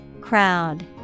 Crowd